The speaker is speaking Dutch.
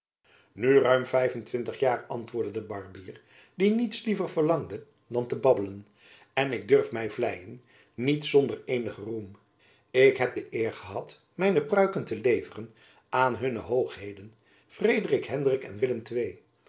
nu ruim vijf-en-twintig jaar antwoordde de barbier die niets liever verlangde dan te babbelen en ik durf my vleien niet zonder eenigen roem ik heb de eer gehad mijne pruiken te leveren aan hunne hoogheden frederik hendrik en willem